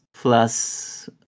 Plus